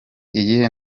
iyihe